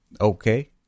Okay